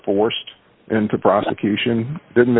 forced into prosecution didn't